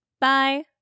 Bye